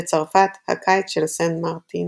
בצרפת, "הקיץ של סן מרטין"